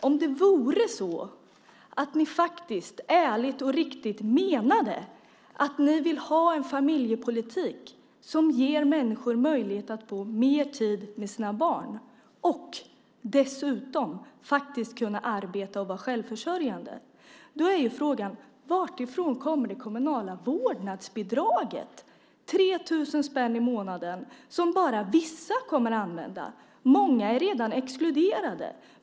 Om det är så att ni ärligt och riktigt menar att ni vill ha en familjepolitik som ger människor möjlighet att få mer tid med sina barn och dessutom möjlighet att faktiskt arbeta och vara självförsörjande är frågan: Varifrån kommer det kommunala vårdnadsbidraget om 3 000 spänn i månaden som bara vissa kommer att använda? Många är ju redan exkluderade.